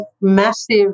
massive